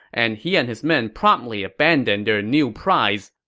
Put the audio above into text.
and he and his men promptly abandoned their new prize.